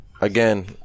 Again